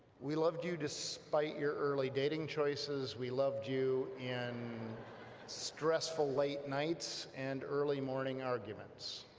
we loved you despite your early dating choices, we loved you in stressful late nights and early morning arguments